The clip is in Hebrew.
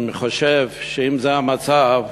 אני חושב שאם זה המצב,